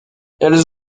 elles